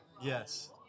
Yes